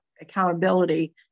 accountability